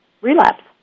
relapse